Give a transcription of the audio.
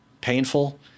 painful